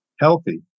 healthy